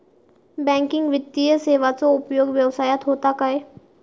Banking वित्तीय सेवाचो उपयोग व्यवसायात होता काय?